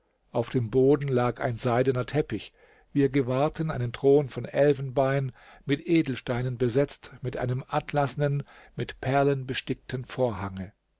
auf dem boden lag ein seidener teppich wir gewahrten einen thron von elfenbein mit edelsteinen besetzt mit einem atlasnen mit perlen bestickten vorhange